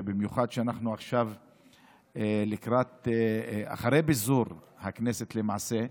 ובמיוחד כשאנחנו עכשיו אחרי פיזור הכנסת למעשה,